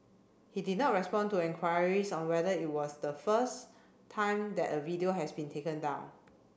he did not respond to enquiries on whether it was the first time that a video has been taken down